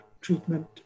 treatment